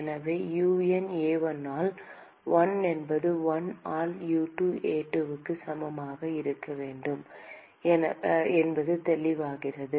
எனவே U1 A1 ஆல் 1 என்பது 1 ஆல் U2 A2 க்கு சமமாக இருக்க வேண்டும் என்பது தெளிவாகிறது